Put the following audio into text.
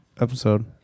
episode